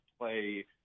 play –